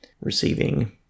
receiving